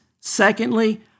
Secondly